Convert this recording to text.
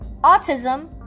Autism